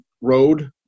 road